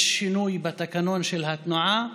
יש שינוי בתקנון של התנועה,